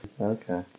Okay